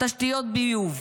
תשתיות ביוב,